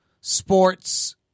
sports